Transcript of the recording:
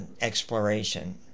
exploration